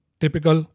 typical